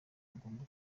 agomba